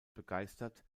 begeistert